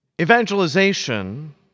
Evangelization